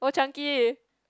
Old Chang-Kee